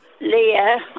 Leah